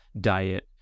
diet